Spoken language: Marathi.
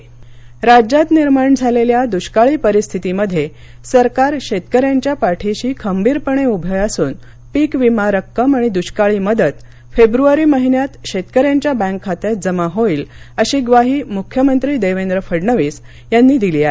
भाजप बैठक राज्यात निर्माण झालेल्या दुष्काळी परिस्थितीमध्ये सरकार शेतकऱ्यांच्या पाठीशी खंबीरपणे उभे असून पीकविमा रक्कम आणि दृष्काळी मदत फेब्रवारी महिन्यात शेतकऱ्यांच्या बँक खात्यात जमा होईल अशी म्वाही मुख्यमंत्री देवेंद्र फडणवीस यांनी दिली आहे